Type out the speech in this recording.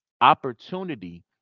opportunity